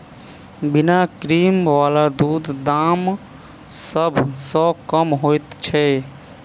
बिना क्रीम बला दूधक दाम सभ सॅ कम होइत छै